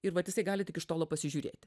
ir vat jisai gali tik iš tolo pasižiūrėti